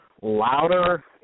louder